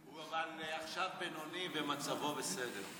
אבל הוא עכשיו בינוני ומצבו בסדר.